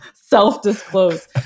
self-disclose